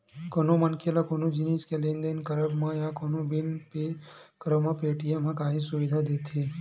कोनो मनखे ल कोनो जिनिस के लेन देन करब म या कोनो बिल पे करब म पेटीएम ह काहेच सुबिधा देवथे